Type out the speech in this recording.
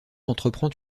entreprend